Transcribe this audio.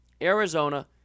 Arizona